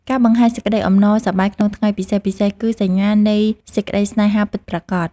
ការបង្ហាញសេចក្តីអំណរសប្បាយក្នុងថ្ងៃពិសេសៗគឺសញ្ញានៃសេចក្ដីស្នេហាពិតប្រាកដ។